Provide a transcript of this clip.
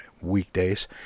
weekdays